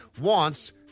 wants